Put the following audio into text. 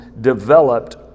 developed